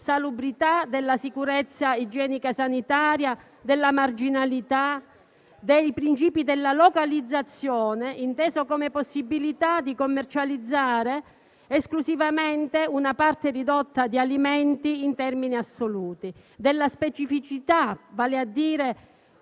salubrità, della sicurezza igienico-sanitaria, della marginalità, e dei principi della localizzazione intesa come possibilità di commercializzare esclusivamente una parte ridotta di alimenti in termini assoluti. Cito inoltre il carattere